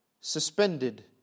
Suspended